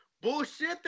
Bullshit